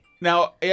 Now